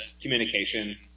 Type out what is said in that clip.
communication